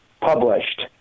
published